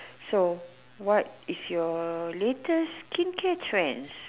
so what is your latest skincare trends